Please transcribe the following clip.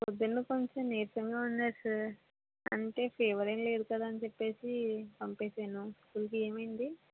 ఉపేంద్ర కొంచం నీరసంగా ఉన్నాడు సార్ అంటే ఫీవర్ ఏం లేదు కదా అని చెప్పేసి పంపేసాను స్కూల్ కి ఏమైంది